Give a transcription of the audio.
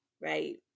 right